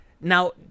Now